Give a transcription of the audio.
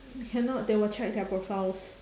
cannot they will check their profiles